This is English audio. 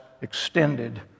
extended